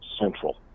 central